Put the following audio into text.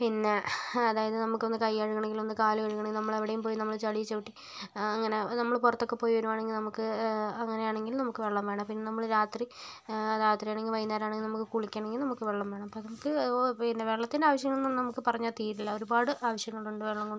പിന്നെ അതായത് നമുക്ക് ഒന്ന് കൈ കഴുകണം എങ്കിൽ ഒന്ന് കാല് കഴുകണം എങ്കിൽ നമ്മൾ എവിടെയെങ്കിലും പോയി നമ്മൾ ചെളി ചവുട്ടി അങ്ങനെ നമ്മൾ പുറത്തൊക്കെ പോയി വരികയാണെങ്കിൽ നമുക്ക് അങ്ങനെ ആണെങ്കിൽ നമുക്ക് അങ്ങനെയാണെങ്കിൽ നമുക്ക് വെള്ളം വേണം പിന്നെ നമ്മൾ രാത്രി രാത്രി ആണെങ്കിൽ വൈകുന്നേരം ആണെങ്കിൽ നമുക്ക് കുളിക്കണമെങ്കിൽ നമുക്ക് വെള്ളം വേണം അപ്പം നമുക്ക് പിന്നെ വെള്ളത്തിൻ്റെ ആവശ്യം ഒന്നും പറഞ്ഞാൽ തീരില്ല ഒരുപാട് ആവശ്യങ്ങൾ ഉണ്ട് വെള്ളം കൊണ്ട്